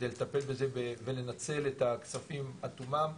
על מנת לטפל בזה ולנצל את הכספים עד תומם.